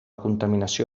contaminació